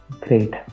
Great